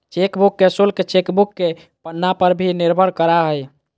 chequebook के शुल्क chequebook के पन्ना पर भी निर्भर करा हइ